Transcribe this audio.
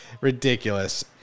ridiculous